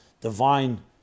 divine